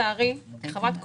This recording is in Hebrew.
לצערי, כחברת קואליציה,